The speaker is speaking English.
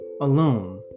alone